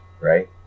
Right